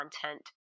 content